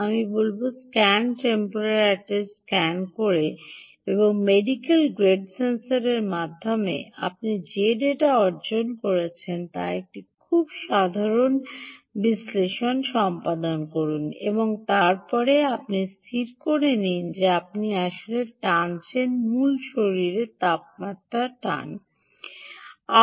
আমি বলব scan temporal artery scan করে এবং মেডিকেল গ্রেড সেন্সরের মাধ্যমে আপনি যে ডেটা অর্জন করেছেন তার একটি খুব সাধারণ বিশ্লেষণ সম্পাদন করুন এবং তারপরে আপনি স্থির করে নিন যে আপনি আসলে মূল শরীরের তাপমাত্রা টানছেন